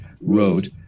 wrote